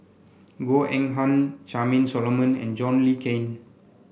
Goh Eng Han Charmaine Solomon and John Le Cain